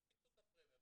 הקפיצו את הפרמיה.